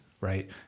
right